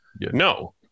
No